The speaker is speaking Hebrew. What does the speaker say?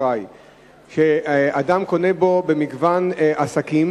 שאדם קונה בו במגוון עסקים,